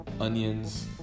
onions